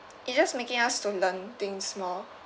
it just making us to learn things more